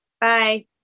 Bye